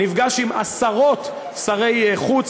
נפגש עם עשרות שרי חוץ,